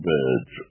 Birds